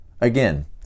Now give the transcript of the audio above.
again